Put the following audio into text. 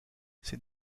ces